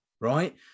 right